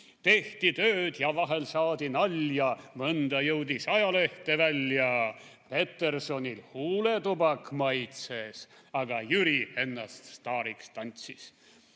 Tehti tööd ja vahel saadi nalja, / mõnda jõudis ajalehte välja. / Petersonil huuletubak maitses, / aga Jüri ennast staariks tantsis.